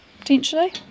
potentially